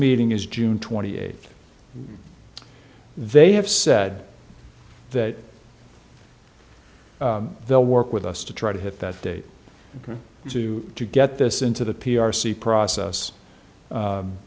meeting is june twenty eighth they have said that they'll work with us to try to hit that date to get this into the p r c process